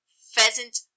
pheasant